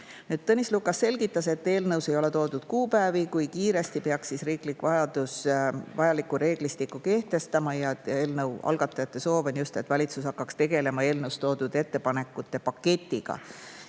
Tõnis Lukas selgitas, et eelnõus ei ole toodud kuupäevi, kui kiiresti peaks riik vajaliku reeglistiku kehtestama, ja eelnõu algatajate soov on, et valitsus hakkaks tegelema eelnõus toodud ettepanekute paketiga